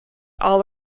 all